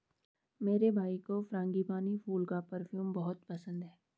मेरे भाई को फ्रांगीपानी फूल का परफ्यूम बहुत पसंद है